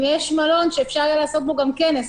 אם יש מלון שאפשר יהיה לעשות בו גם כנס.